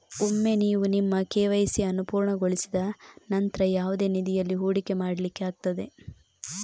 ಒಮ್ಮೆ ನೀವು ನಿಮ್ಮ ಕೆ.ವೈ.ಸಿ ಅನ್ನು ಪೂರ್ಣಗೊಳಿಸಿದ ನಂತ್ರ ಯಾವುದೇ ನಿಧಿಯಲ್ಲಿ ಹೂಡಿಕೆ ಮಾಡ್ಲಿಕ್ಕೆ ಆಗ್ತದೆ